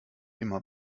immer